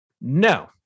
no